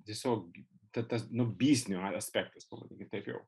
tiesiog ta tas nu biznio aspektas vadinkim taip jau